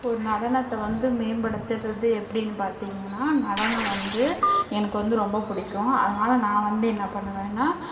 ஒரு நடனத்தை வந்து மேம்படுத்தறது எப்படின்னு பார்த்தீங்கன்னா நடனம் வந்து எனக்கு வந்து ரொம்ப பிடிக்கும் அதனால் நான் வந்து என்ன பண்ணுவேன்னா